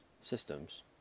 systems